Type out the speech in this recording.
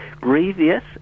grievous